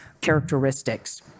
characteristics